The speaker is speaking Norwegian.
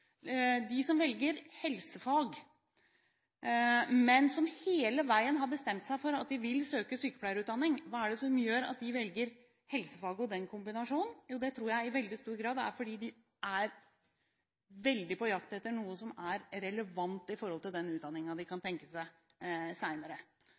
som hele veien har bestemt seg for at de vil søke sykepleierutdanning, velger helsefag og den kombinasjonen – og det tror jeg de i veldig stor grad gjør fordi de er på jakt etter noe som er relevant for den utdanningen de kan